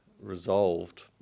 resolved